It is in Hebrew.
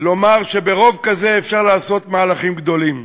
לומר שברוב כזה אפשר לעשות מהלכים גדולים,